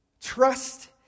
Trust